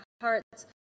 hearts